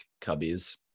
cubbies